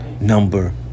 number